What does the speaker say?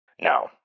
Now